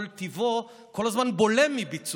רגולטור, כל טיבו, כל הזמן בולם מביצוע.